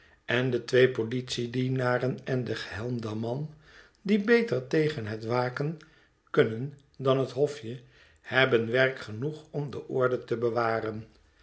en de twee politiedienaren en de gehelmde man die beter tegen het waken kunnen dan het hofje hebben werk genoeg om de orde te bewaren